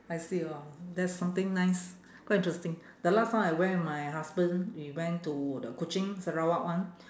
I see lor that's something nice quite interesting the last time I went with my husband we went to the kuching sarawak one